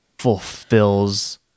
fulfills